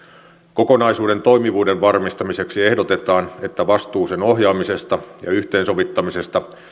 kokonaisuuden toimivuuden varmistamiseksi ehdotetaan että vastuu sen ohjaamisesta ja yhteensovittamisesta